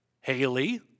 Haley